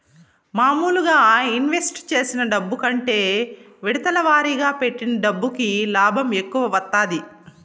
మాములుగా ఇన్వెస్ట్ చేసిన డబ్బు కంటే విడతల వారీగా పెట్టిన డబ్బుకి లాభం ఎక్కువ వత్తాది